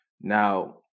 Now